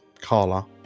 Carla